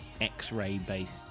X-ray-based